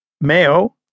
Mayo